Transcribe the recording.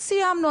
אז סיימנו,